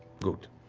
good.